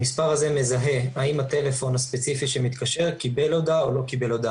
המספר הזה מזהה האם הטלפון הספציפי שמתקשר קיבל הודעה או לא קיבל הודעה.